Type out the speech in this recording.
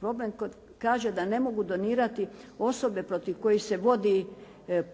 problem koji kaže da ne mogu donirati osobe protiv kojih se vodi